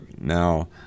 now